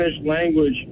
language